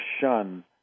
shun